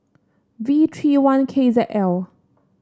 V three one K Z L